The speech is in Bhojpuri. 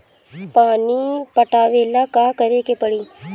पानी पटावेला का करे के परी?